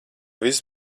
viss